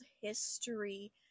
history